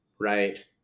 right